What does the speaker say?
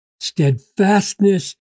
steadfastness